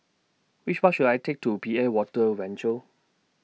Which Bus should I Take to P A Water Venture